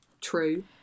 true